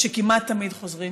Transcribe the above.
שכמעט תמיד חוזרים